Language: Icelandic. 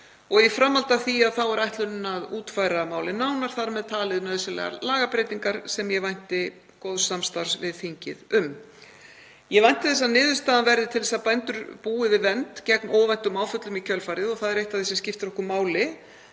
og í framhaldi af því er ætlunin að útfæra málið nánar, þar með talið nauðsynlegar lagabreytingar sem ég vænti góðs samstarfs við þingið um. Ég vænti þess að niðurstaðan verði til þess að bændur búi við vernd gegn óvæntum áföllum í kjölfarið. Það er eitt af því sem skiptir okkur máli